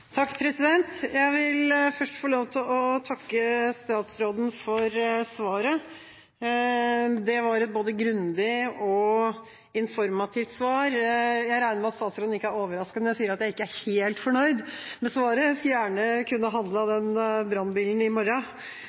Jeg vil først få lov til å takke statsråden for svaret. Det var et både grundig og informativt svar. Jeg regner med at statsråden ikke er overrasket når jeg sier at jeg ikke er helt fornøyd med svaret. Jeg skulle gjerne kunne ha handlet den brannbilen i morgen.